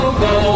go